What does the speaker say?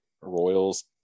royals